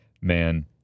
man